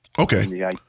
Okay